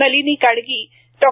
Nalini Kadgi Dr